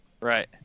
Right